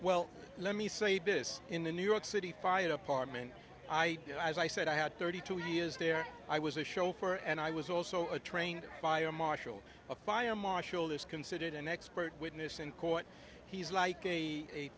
well let me say this in the new york city fire department i you know as i said i had thirty two years there i was a chauffeur and i was also a trained fire marshal a fire marshal is considered an expert witness in court he's like a